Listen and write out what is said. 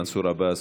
מנסור עבאס,